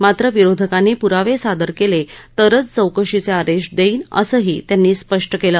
मात्र विरोधकांनी पूरावे सादर केले तरच चौकशीचे आदेश देईन असंही त्यांनी स्पष्ट केलं